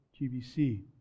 GBC